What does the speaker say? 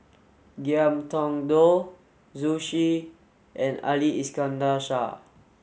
Ngiam Tong Dow Zhu Xu and Ali Iskandar Shah